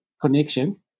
connection